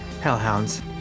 hellhounds